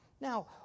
Now